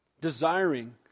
desiring